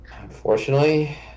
Unfortunately